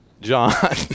John